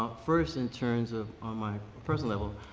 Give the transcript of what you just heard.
um first in terms of on my first level,